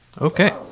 Okay